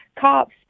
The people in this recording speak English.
cops